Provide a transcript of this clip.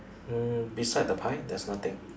mm beside the pie there's nothing